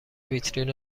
ویترین